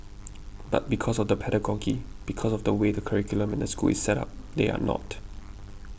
but because of the pedagogy because of the way the curriculum and the school is set up they are not